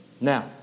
Now